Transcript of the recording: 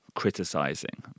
criticizing